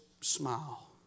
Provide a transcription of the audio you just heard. smile